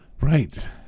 Right